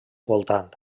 voltant